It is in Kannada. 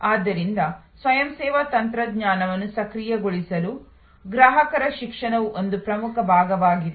ಆದ್ದರಿಂದ ಸ್ವಯಂ ಸೇವಾ ತಂತ್ರಜ್ಞಾನವನ್ನು ಸಕ್ರಿಯಗೊಳಿಸಲು ಗ್ರಾಹಕರ ಶಿಕ್ಷಣವು ಒಂದು ಪ್ರಮುಖ ಭಾಗವಾಗುತ್ತದೆ